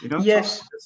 Yes